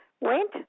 went